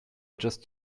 just